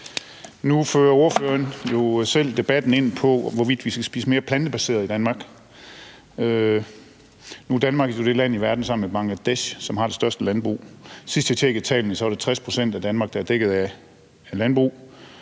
Nu fører ordføreren jo selv debatten ind på, hvorvidt vi skal spise mere plantebaseret i Danmark. Nu er Danmark jo det land i verden sammen med Bangladesh, som har det største landbrug. Sidst jeg tjekkede tallene, var det 60 pct. af Danmark, der er dækket af landbrug,